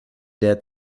der